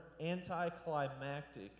anticlimactic